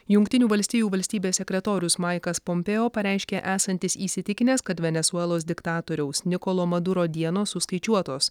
jungtinių valstijų valstybės sekretorius maikas pompėo pareiškė esantis įsitikinęs kad venesuelos diktatoriaus nikolo maduro dienos suskaičiuotos